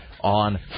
on